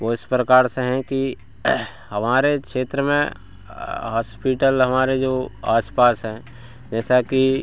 वह इस प्रकार से हैं कि हमारे क्षेत्र में हॉस्पिटल हमारे जो आस पास हैं जैसा कि